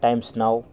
times नाव